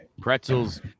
Pretzels